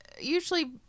Usually